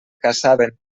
passaven